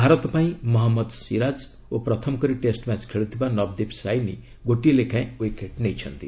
ଭାରତ ପାଇଁ ମହମ୍ମଦ ଶିରାଜ୍ ଓ ପ୍ରଥମ କରି ଟେଷ୍ଟ ମ୍ୟାଚ୍ ଖେଳୁଥିବା ନବଦୀପ୍ ସାଇନି ଗୋଟିଏ ଲେଖାଏଁ ୱିକେଟ୍ ନେଇଛନ୍ତି